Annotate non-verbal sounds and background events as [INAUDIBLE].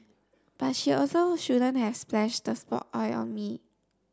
but she also shouldn't have splashed the [UNINTELLIGIBLE] oil on me